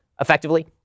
effectively